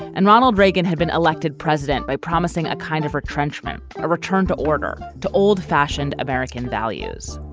and ronald reagan had been elected president by promising a kind of retrenchment a return to order to old fashioned american values.